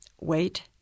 wait